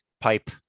pipe